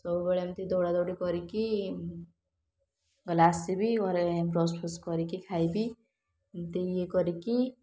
ସବୁବେଳେ ଏମିତି ଦୌଡ଼ାଦୌଡ଼ି କରିକି ଗଲା ଆସିବି ଘରେ ବ୍ରସ୍ଫ୍ରସ୍ କରିକି ଖାଇବି ଏମିତି ଇଏ କରିକି